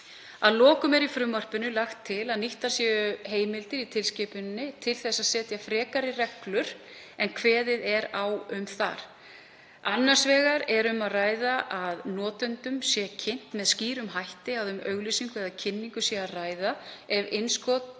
Að lokum er í frumvarpinu lagt til að nýttar séu heimildir í tilskipuninni til að setja frekari reglur en kveðið er á um þar. Annars vegar er um að ræða að notendum sé kynnt með skýrum hætti að um auglýsingu eða kynningu sé að ræða ef innskotið